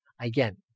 Again